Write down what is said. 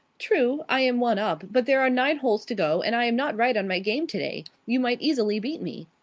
true, i am one up, but there are nine holes to go, and i am not right on my game today. you might easily beat me.